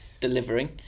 delivering